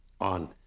on